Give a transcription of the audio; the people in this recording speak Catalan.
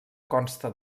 consta